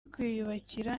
kwiyubakira